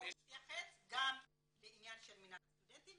הוא מתייחס גם לעניין של מינהל הסטודנטים